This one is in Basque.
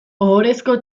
ohorezko